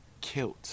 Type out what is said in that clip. killed